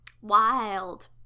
wild